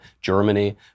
Germany